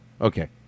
Okay